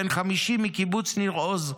בן 50 מקיבוץ ניר עוז,